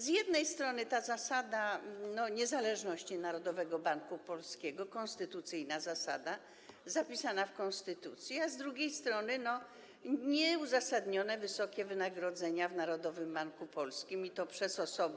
Z jednej strony, ta zasada niezależności Narodowego Banku Polskiego, konstytucyjna zasada, zapisana w konstytucji, a z drugiej strony, nieuzasadnione wysokie wynagrodzenia w Narodowym Banku Polskim i to osób,